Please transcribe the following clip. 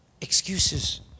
Excuses